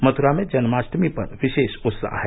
मथुरा में जन्माष्टमी पर विशेष उत्साह है